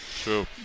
true